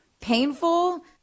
painful